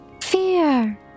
Fear